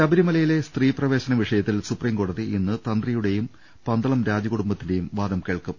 ശബരിമലയിലെ സ്ത്രീ പ്രവേശന വിഷയത്തിൽ സുപ്രീം കോടതി ഇന്ന് തന്ത്രിയുടെയും പന്തളം രാജകുടുംബത്തി ന്റെയും വാദം കേൾക്കും